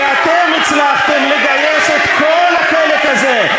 כי הצלחתם לגייס את כל החלק הזה.